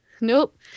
Nope